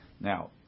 now